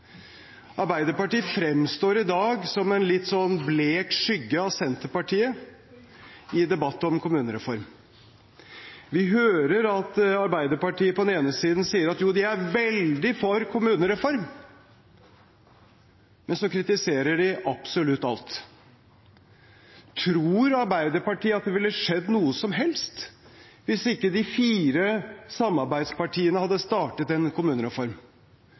Arbeiderpartiet fremstår i dag som en litt blek skygge av Senterpartiet i debatt om kommunereform. Vi hører at Arbeiderpartiet på den ene siden sier at de er veldig for kommunereform, men så kritiserer de absolutt alt. Tror Arbeiderpartiet at det ville skjedd noe som helst hvis ikke de fire samarbeidspartiene hadde startet en kommunereform?